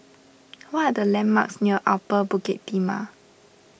what are the landmarks near Upper Bukit Timah